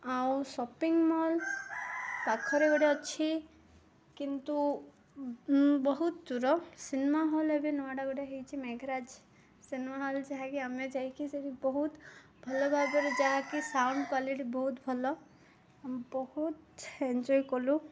ଆଉ shopping mall ପାଖରେ ଗୋଟେ ଅଛି କିନ୍ତୁ ବହୁତ ଦୂର ସିନେମା ହଲ୍ ଏବେ ନୂଆଟା ଗୋଟେ ହେଇଛି ମେଘରାାଜ ସିନେମା ହଲ୍ ଯାହାକି ଆମେ ଯାଇକି ସେଠି ବହୁତ ଭଲ ଭାବରେ ଯାହାକି ସାଉଣ୍ଡ କ୍ୱାଲିଟି ବହୁତ ଭଲ ଆମେ ବହୁତ ଏଞ୍ଜୟ କଲୁ